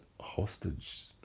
hostage